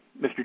Mr